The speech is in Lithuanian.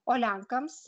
o lenkams